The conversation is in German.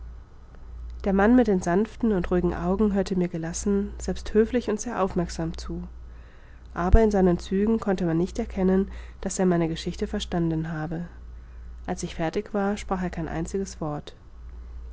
der mann mit den sanften und ruhigen augen hörte mir gelassen selbst höflich und sehr aufmerksam zu aber in seinen zügen konnte man nicht erkennen daß er meine geschichte verstanden habe als ich fertig war sprach er kein einziges wort